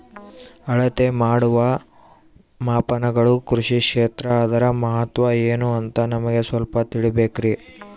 ಅಳತೆ ಮಾಡುವ ಮಾಪನಗಳು ಕೃಷಿ ಕ್ಷೇತ್ರ ಅದರ ಮಹತ್ವ ಏನು ಅಂತ ನಮಗೆ ಸ್ವಲ್ಪ ತಿಳಿಸಬೇಕ್ರಿ?